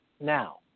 now